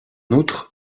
outre